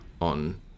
on